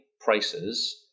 prices